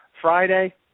Friday